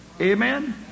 Amen